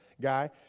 guy